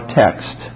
text